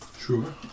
Sure